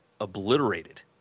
obliterated